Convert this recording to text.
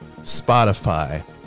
spotify